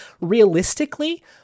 realistically